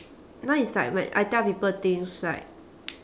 now is like my I tell people things right